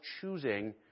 choosing